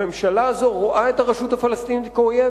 הממשלה הזאת רואה את הרשות הפלסטינית כאויב